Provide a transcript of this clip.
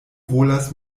volas